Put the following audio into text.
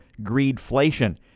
greedflation